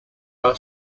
are